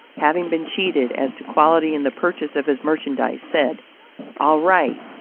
having been cheated as to quality in the purchase of his merchandise, said all right,